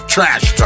Trash